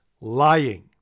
lying